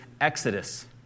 Exodus